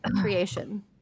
creation